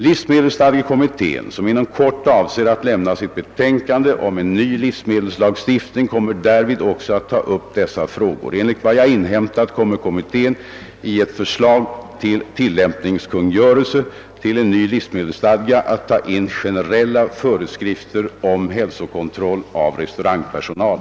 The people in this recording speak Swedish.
Livsmedelsstadgekommittén, som inom kort avser att lämna sitt betänkande om en ny livsmedelslagstiftning, kommer därvid också att ta upp dessa frågor. Enligt vad jag inhämtat kommer kommittén i ett förslag till tillämpningskungörelse till en ny livsmedelsstadga att ta in generella föreskrifter om hälsokontroll av restaurangpersonal.